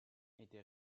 était